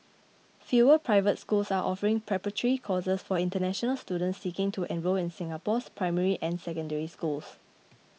fewer private schools are offering preparatory courses for international students seeking to enrol in Singapore's primary and Secondary Schools